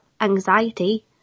anxiety